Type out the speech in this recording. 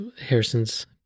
Harrison's